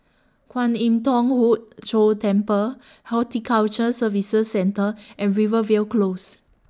Kwan Im Thong Hood Cho Temple Horticulture Services Centre and Rivervale Close